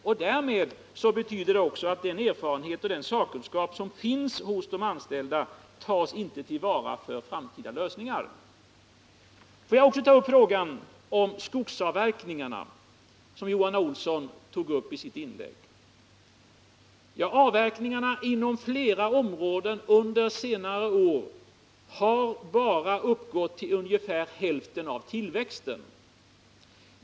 Och det betyder att den erfarenhet och sakkunskap som finns hos de anställda inte tas till vara för framtida lösningar. Jag vill också beröra frågan om skogsavverkningarna, som Johan Olsson tog uppi sitt inlägg. Avverkningarna inom flera områden har under senare år uppgått till endast ungefär hälften av tillväxten.